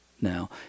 now